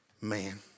man